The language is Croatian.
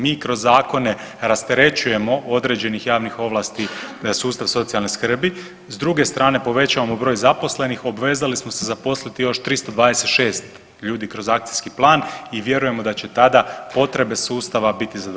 Mi kroz zakone rasterećujemo određenih javnih ovlasti sustav socijalne skrbi, s druge strane, povećavamo broj zaposlenih, obvezali smo se zaposliti još 326 ljudi kroz akcijski plan i vjerujemo da će tada potrebe sustava biti zadovoljene.